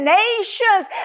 nations